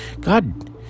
God